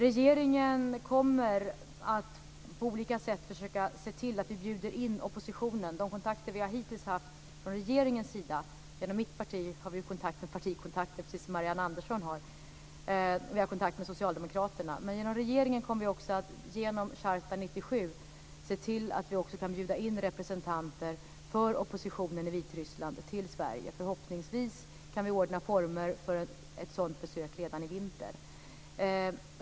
Regeringen kommer att på olika sätt försöka bjuda in oppositionen. Från regeringens sida har vi hittills haft kontakter med socialdemokraterna - vi har ju partikontakter, precis som Marianne Anderssons parti har - men regeringen kommer också att genom Charta 97 bjuda in representanter för oppositionen i Vitryssland till Sverige. Förhoppningsvis kan vi ordna former för ett sådant besök redan i vinter.